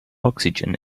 oxygen